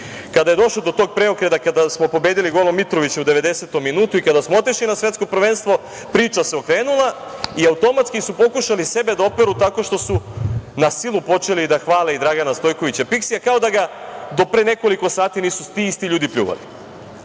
je došlo do tog preokreta, kada smo pobedili golom Mitrovića u 90-om minutu i kada smo otišli na svetsko prvenstvo, priča se okrenula i automatski su pokušali sebe da opere tako što su na silu počeli da hvale i Dragana Stojkovića Piksija, kao da ga do pre nekoliko sati nisu ti isti ljudi pljuvali. Ovo